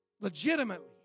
Legitimately